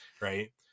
right